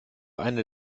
eine